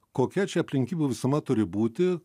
kokia čia aplinkybių visuma turi būti